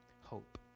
hope